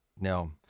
No